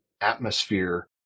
atmosphere